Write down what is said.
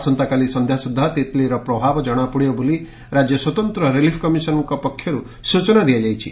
ଆସନ୍ତାକାଲି ସନ୍ଧ୍ୟା ସୁଦ୍ଧା ତିତ୍ଲିର ପ୍ରଭାବ ଜଣାପଡିବ ବୋଲି ରାଜ୍ୟ ସ୍ୱତନ୍ତ ରିଲିଫ କମିଶନଙ୍କ ପକ୍ଷରୁ ସୂଚନା ଦିଆଯାଇଛି